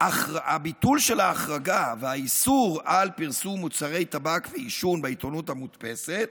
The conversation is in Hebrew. הביטול של ההחרגה והאיסור של פרסום מוצרי טבק ועישון בעיתונות המודפסת